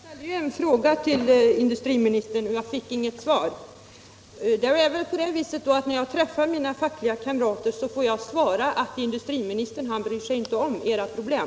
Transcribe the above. Herr talman! Jag ställde en fråga till industriministern, och jag fick inget svar. Jag får väl då när jag träffar mina fackliga kamrater svara dem, att industriministern inte bryr sig om deras problem.